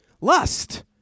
Lust